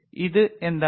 ഇപ്പോൾ ഇത് എന്താണ്